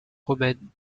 romaines